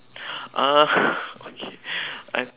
ah okay I